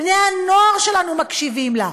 בני הנוער שלנו מקשיבים לה.